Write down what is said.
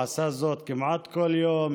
הוא עשה זאת כמעט כל יום,